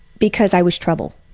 because i was trouble.